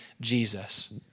Jesus